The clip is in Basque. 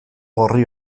gorri